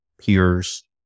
peers